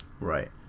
Right